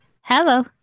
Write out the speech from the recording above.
Hello